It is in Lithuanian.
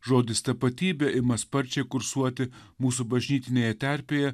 žodis tapatybė ima sparčiai kursuoti mūsų bažnytinėje terpėje